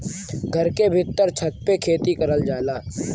घर के भीत्तर छत पे खेती करल जाला